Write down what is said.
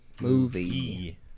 movie